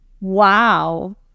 wow